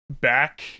back